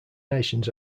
nations